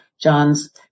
John's